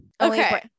Okay